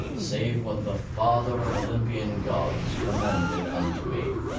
save what the father of olympian gods commanded unto me.